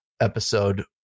episode